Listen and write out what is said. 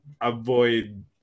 avoid